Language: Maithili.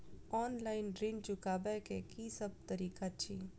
ऑनलाइन ऋण चुकाबै केँ की सब तरीका अछि?